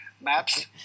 Maps